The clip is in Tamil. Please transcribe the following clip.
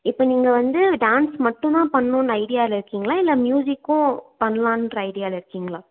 இப்போ நீங்கள் வந்து டான்ஸ் மட்டும்தான் பண்ணனுன்ற ஐடியாவில இருக்கிங்களா இல்லை மியூசிக்கும் பண்ணலான்ற ஐடியாவில இருக்கிங்களா